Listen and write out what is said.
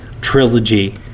trilogy